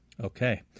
Okay